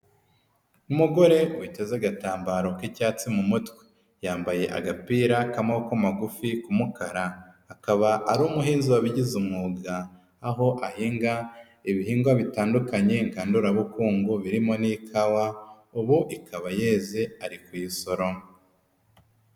Umugore witeze agatambaro k'icyatsi mu mutwe, yambaye agapira k'amaboko magufi k'umukara, akaba ari umuhinza wabigize umwuga, aho ahinga ibihingwa bitandukanye ngandurabukungu birimo n'ikawa ikaba yeze ari kuyisoroma.